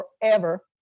forever